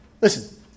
Listen